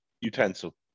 utensil